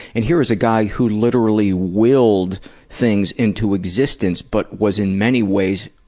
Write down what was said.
and here is a guy who literally willed things into existence, but was in many ways,